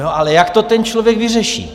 Ale jak to ten člověk vyřeší?